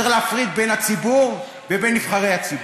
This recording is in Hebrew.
צריך להפריד בין הציבור ובין נבחרי הציבור.